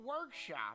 workshop